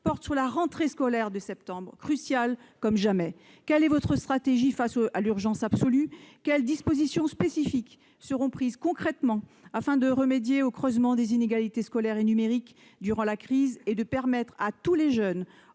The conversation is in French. porte sur la rentrée scolaire de septembre, cruciale comme jamais. Quelle est votre stratégie face à l'urgence absolue ? Quelles dispositions spécifiques seront prises concrètement afin de remédier au creusement des inégalités scolaires et numériques intervenu durant la crise et de permettre à tous les jeunes